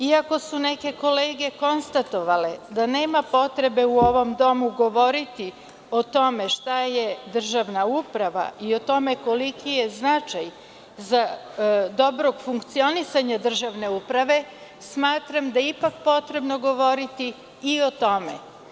Iako su neke kolege konstatovale da nema potrebe u ovom domu govoriti o tome šta je državna uprava i o tome koliki je značaj dobrog funkcionisanja državne uprave, smatram da je ipak potrebno govoriti i o tome.